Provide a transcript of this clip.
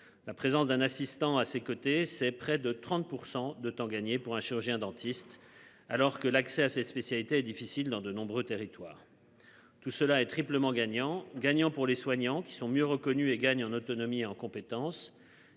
La présence d'un assistant à ses côtés, c'est près de 30% de temps gagné pour un chirurgien dentiste alors que l'accès à ces spécialités difficile dans de nombreux territoires. Tout cela est triplement gagnant gagnant pour les soignants qui sont mieux reconnus et gagne en autonomie et en compétence